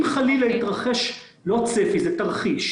לא צפי, זה תרחיש.